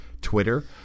Twitter